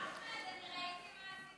אחמד, אני ראיתי מה עשית.